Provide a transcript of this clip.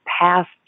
past